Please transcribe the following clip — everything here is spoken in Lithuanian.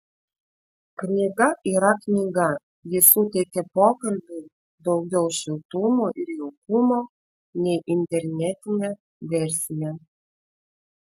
knyga yra knyga ji suteikia pokalbiui daugiau šiltumo ir jaukumo nei internetinė versija